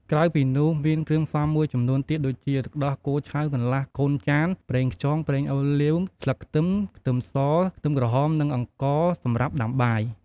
ក្រៅពីនោះមានគ្រឿងផ្សំមួយចំនួនទៀតដូចជា ទឹកដោះគោឆៅកន្លះកូនចាន ប្រេងខ្យង ប្រេងអូលីវ ស្លឹកខ្ទឹម ខ្ទឹមស ខ្ទឹមក្រហម និងអង្ករសម្រាប់ដាំបាយ។